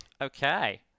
okay